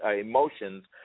emotions